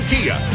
Kia